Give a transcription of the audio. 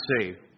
saved